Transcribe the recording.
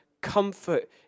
comfort